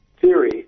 theory